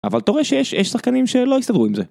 אבל אתה רואה שיש, יש שחקנים שלא הסתדרו עם זה